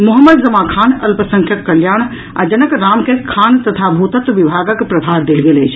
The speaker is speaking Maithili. मोहम्मद जमां खान अल्पसंख्यक कल्याण आ जनक राम के खान तथा भूतत्व विभागक प्रभार देल गेल अछि